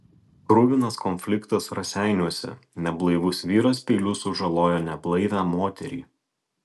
kruvinas konfliktas raseiniuose neblaivus vyras peiliu sužalojo neblaivią moterį